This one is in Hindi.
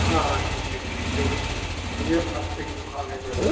हाँ हाँ ठीक है ठीक चलिए चलिए हम मार्केट की दुकान में बैठते हैं